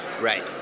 Right